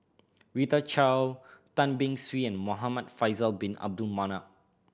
Rita Chao Tan Beng Swee and Muhamad Faisal Bin Abdul Manap